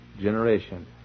generation